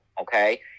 okay